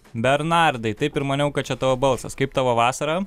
bernardai taip ir maniau kad čia tavo balsas kaip tavo vasara